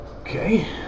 Okay